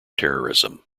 terrorism